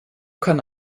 kann